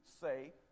say